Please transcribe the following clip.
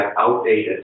outdated